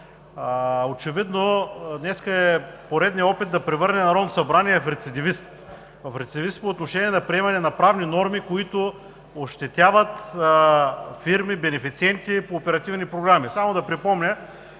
очевидно днес е поредният опит да превърнем Народното събрание в рецидивист по отношение на приемане на правни норми, които ощетяват фирми, бенефициенти по оперативни програми.